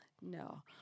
No